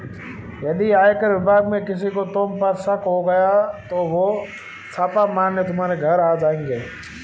यदि आयकर विभाग में किसी को तुम पर शक हो गया तो वो छापा मारने तुम्हारे घर आ जाएंगे